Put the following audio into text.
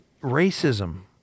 racism